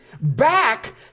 back